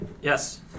Yes